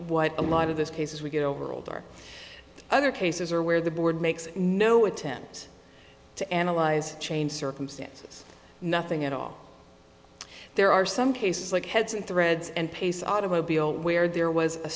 what a lot of this cases we get over old are other cases are where the board makes no attempt to analyze changed circumstances nothing at all there are some cases like heads in threads and pace automobile where there was a